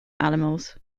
animals